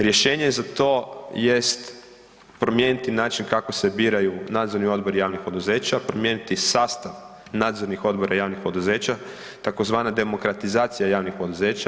Rješenje za to jest promijeniti način kako se biraju nadzorni odbori javnih poduzeća, promijeniti sastav nadzornih odbora javnih poduzeća, tzv. demokratizacija javnih poduzeća.